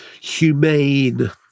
humane